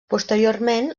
posteriorment